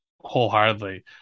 wholeheartedly